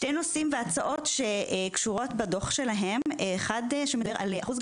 אחד הדברים,